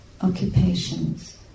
occupations